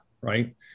right